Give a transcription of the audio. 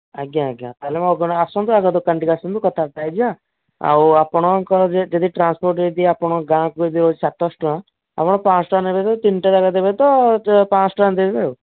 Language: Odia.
ଆଜ୍ଞା ଆଜ୍ଞା ତାହେଲେ ଆପଣ ଆସନ୍ତୁ ଆଗ ଦୋକାନଠିକି ଆସନ୍ତୁ କଥାବାର୍ତ୍ତା ହୋଇଯିବା ଆଉ ଆପଣଙ୍କ ଯଦି ଟ୍ରାନ୍ସପୋର୍ଟ ଯଦି ଆପଣଙ୍କ ଗାଁକୁ ଯଦି ସାତଶହ ଟଙ୍କା ଆପଣ ପାଞ୍ଚଶହ ଟଙ୍କା ଦେବେ ତିନିଟା ଯାଗା ନେବେ ତ ପାଞ୍ଚ ଶହ ଟଙ୍କା ଦେବେ ଆଉ